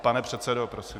Pane předsedo, prosím...